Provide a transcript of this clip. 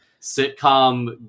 sitcom